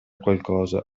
qualcosa